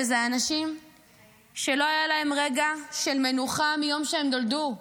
אלה אנשים שלא היה להם רגע של מנוחה מיום שהם נולדו.